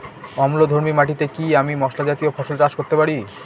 অম্লধর্মী মাটিতে কি আমি মশলা জাতীয় ফসল চাষ করতে পারি?